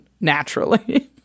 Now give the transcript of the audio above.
naturally